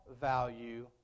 value